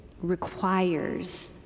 requires